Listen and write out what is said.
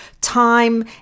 time